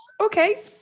Okay